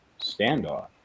standoff